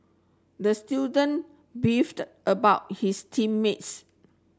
the student beefed about his team mates